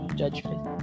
judgment